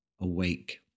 awake